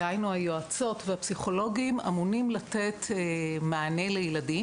דהיינו היועצות והפסיכולוגים אמונים לתת מענה לילדים